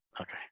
okay